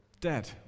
dead